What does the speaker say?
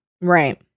right